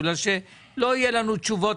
בגלל שלא יהיו לנו תשובות